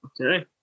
Okay